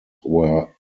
were